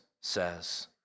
says